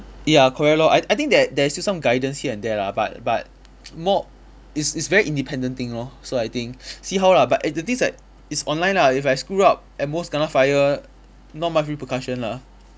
ya correct lor I I think that there is still some guidance here and there lah but but more it's it's very independent thing lor so I think see how lah but at the least like it's online lah if I screw up at most kena fire not much repercussion lah